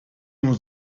nur